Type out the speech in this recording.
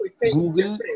Google